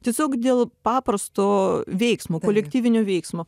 tiesiog dėl paprasto veiksmo kolektyvinio veiksmo